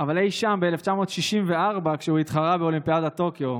אבל אי שם ב-1964 כשהוא התחרה באולימפיאדת טוקיו.